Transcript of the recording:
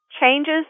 changes